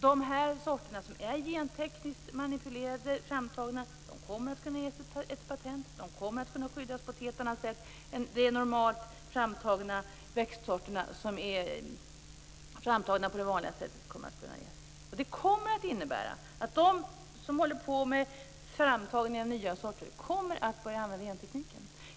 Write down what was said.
de sorter som är gentekniskt manipulerade och framtagna kommer att kunna ges patent och kunna skyddas på ett helt annat sätt än de normalt framtagna växtsorterna. Det kommer att innebära att de som håller på med framtagning av nya sorter kommer att börja använda gentekniken.